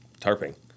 tarping